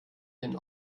den